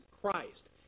Christ